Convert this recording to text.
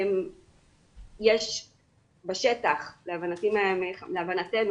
יש בשטח להבנתנו